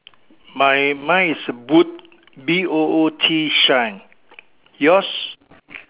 my mine is boot B O O T shine yours